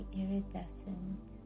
iridescent